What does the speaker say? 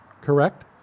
Correct